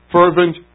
fervent